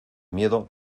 miedo